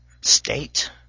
state